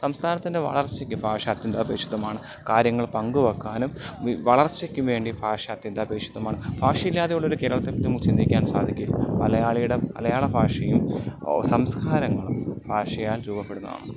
സംസ്ഥാനത്തിൻ്റെ വളർച്ചയ്ക്ക് ഭാഷ അത്യന്താപേക്ഷിതമാണ് കാര്യങ്ങൾ പങ്കുവെക്കാനും വളർച്ചയ്ക്കുവേണ്ടി ഭാഷ അത്യന്താപേഷിതമാണ് ഭാഷയില്ലാതെയുള്ളൊരു കേരളത്തെപ്പറ്റി നമുക്ക് ചിന്തിക്കാൻ സാധിക്കില്ല മലയാളിയുടെ മലയാള ഭാഷയും സംസ്കാരങ്ങളും ഭാഷയാൽ രൂപപ്പെടുന്നതാണ്